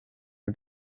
het